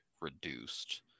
reduced